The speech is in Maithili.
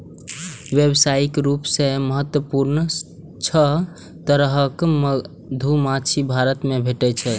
व्यावसायिक रूप सं महत्वपूर्ण छह तरहक मधुमाछी भारत मे भेटै छै